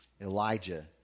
Elijah